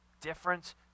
difference